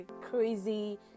crazy